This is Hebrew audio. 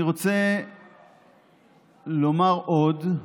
אני רוצה לומר עוד,